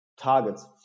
targets